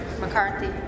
McCarthy